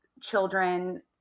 children